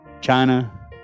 China